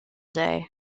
day